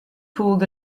pulled